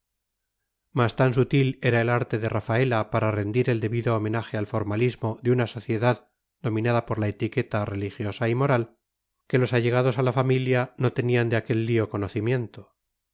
mas tan sutil era el arte de rafaela para rendir el debido homenaje al formalismo de una sociedad dominada por la etiqueta religiosa y moral que los allegados a la familia no tenían de aquel lío conocimiento